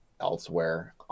elsewhere